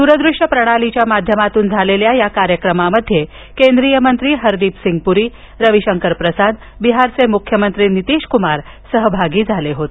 दूरदृश्य प्रणालीच्या माध्यमातून झालेल्या या कार्यक्रमाला केंद्रीय मंत्री हरदीपसिंग पुरी रविशंकर प्रसाद बिहारचे मुख्यमंत्री नितीशकुमार उपस्थित होते